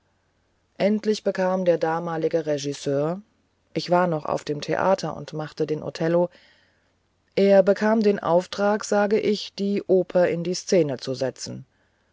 endlich bekam der damalige regisseur ich war noch auf dem theater und machte den othello er bekam den auftrag sage ich die oper in die szene zu setzen